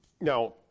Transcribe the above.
Now